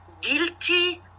guilty